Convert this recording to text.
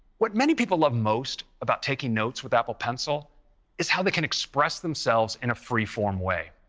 what many people love most about taking notes with apple pencil is how they can express themselves in a free-form way.